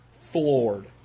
floored